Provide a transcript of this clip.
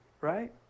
Right